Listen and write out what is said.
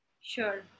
Sure